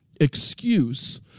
excuse